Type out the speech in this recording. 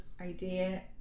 idea